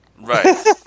Right